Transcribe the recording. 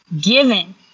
given